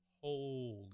Holy